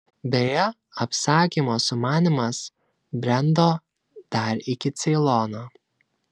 beje apsakymo sumanymas brendo dar iki ceilono